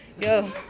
Yo